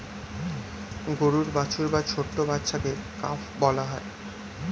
গরুর বাছুর বা ছোট্ট বাচ্ছাকে কাফ বলা হয়